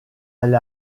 elle